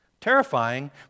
Terrifying